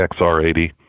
XR80